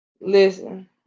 Listen